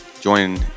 join